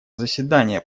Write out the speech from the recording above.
заседания